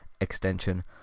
extension